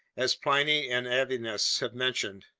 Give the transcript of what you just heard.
as pliny and avianus have mentioned,